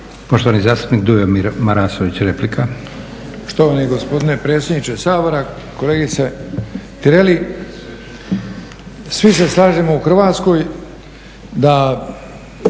Poštovani zastupnik Dujomir Marasović, replika.